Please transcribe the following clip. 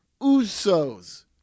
Usos